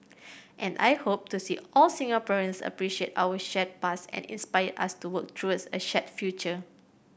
and I hope to see all Singaporeans appreciate our shared past and inspire us to work towards a shared future